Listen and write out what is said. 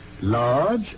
Large